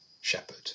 shepherd